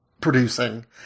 producing